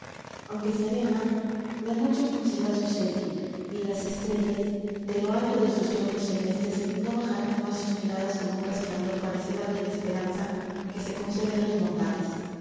aunque serena la noche fruncirá su ceño y las estrellas de lo alto de sus tronos celestes no bajarán más sus miradas con un resplandor parecido al de la esperanza que se concede a los mortales